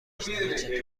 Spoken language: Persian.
بشنوید